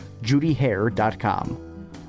judyhair.com